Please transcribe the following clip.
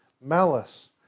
malice